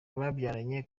babyaranye